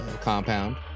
compound